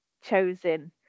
chosen